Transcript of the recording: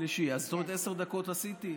שלישי, זאת אומרת, עשר דקות עשיתי?